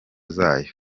zayo